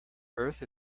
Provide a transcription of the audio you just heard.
earth